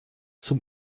zum